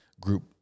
group